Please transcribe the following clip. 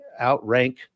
outrank